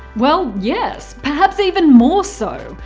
well, yes, perhaps even more so.